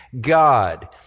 God